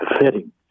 fitting